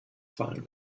fallen